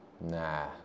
nah